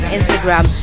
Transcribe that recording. Instagram